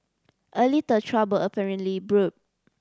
a little trouble apparently brewed